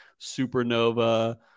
Supernova